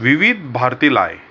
विविध भारती लाय